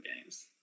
games